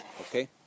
okay